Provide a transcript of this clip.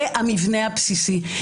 זה המבנה הבסיסי,